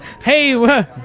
hey